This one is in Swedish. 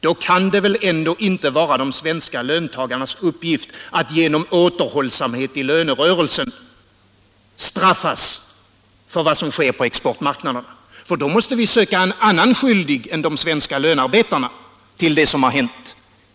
Då kan det väl ändå inte vara riktigt att de svenska löntagarna, genom återhållsamhet i lönerörelsen, straffas för vad som sker på exportmarknaden. Då måste vi söka någon annan skyldig än de svenska lönearbetarna till det som har hänt.